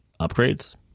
upgrades